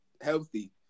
Healthy